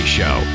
show